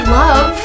love